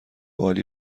عالی